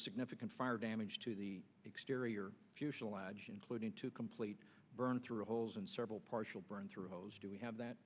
significant fire damage to the exterior fuselage including two complete burned through holes and several partial burn through hose do we have that